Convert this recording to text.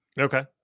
okay